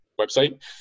website